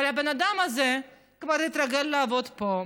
אבל הבן אדם הזה כבר התרגל לעבוד פה,